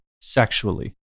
sexually